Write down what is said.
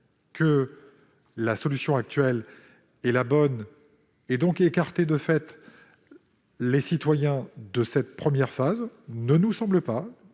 que la solution actuelle est la bonne, et donc écarter de fait les citoyens de cette première phase, ne nous semble pas